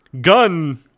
Gun